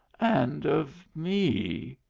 and of me!